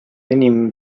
enim